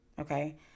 Okay